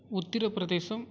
Uttar Pradesh